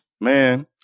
Man